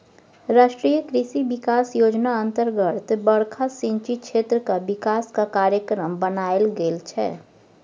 राष्ट्रीय कृषि बिकास योजना अतर्गत बरखा सिंचित क्षेत्रक बिकासक कार्यक्रम बनाएल गेल छै